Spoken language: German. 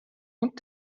und